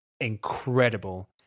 incredible